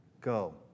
go